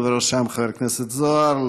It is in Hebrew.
ובראשם חבר הכנסת זוהר,